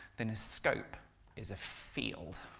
then a scope is a field.